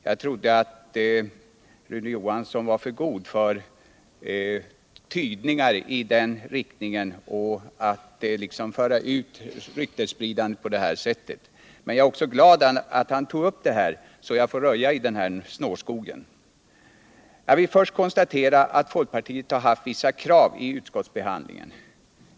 Jag trodde att Rune Johansson var för god för att föra ut rykten på detta sätt. Men jag är också glad över att han tog upp frågan så att jag får tillfälle att röja i snårskogen. Jag vill först konstatera att folkpartiet haft vissa krav i utskottsbehandlingen.